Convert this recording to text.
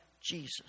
Jesus